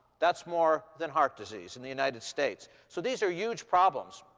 that's more than heart disease in the united states. so these are huge problems.